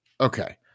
Okay